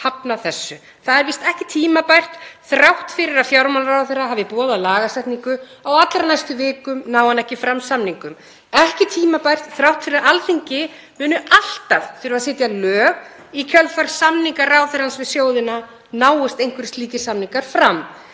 hafnað þessu. Það er víst ekki tímabært þrátt fyrir að fjármálaráðherra hafi boðað lagasetningu á allra næstu vikum nái hann ekki fram samningum, ekki tímabært þrátt fyrir að Alþingi muni alltaf þurfa að setja lög í kjölfar samninga ráðherrans við sjóðina, náist einhverjir slíkir samningar.